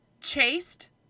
chased